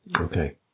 Okay